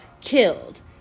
Killed